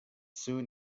soon